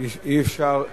אי-אפשר,